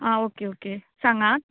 आं okay okay सांगात